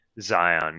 Zion